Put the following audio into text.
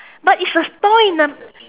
but it's a stall in a